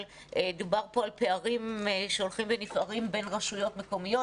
דובר פה על פערים שהולכים ונפערים בין רשויות מקומיות,